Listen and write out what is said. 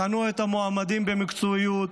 בחנו את המועמדים במקצועיות,